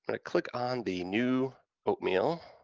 but to click on the new oatmeal.